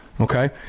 Okay